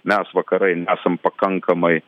mes vakarai nesam pakankamai